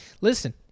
Listen